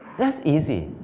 that's easy.